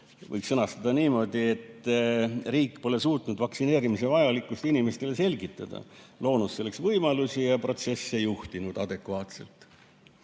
võiks sõnastada niimoodi: riik pole suutnud vaktsineerimise vajalikkust inimestele selgitada, pole loonud selleks võimalusi ja protsesse juhtinud adekvaatselt.